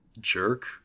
Jerk